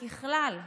ככלל,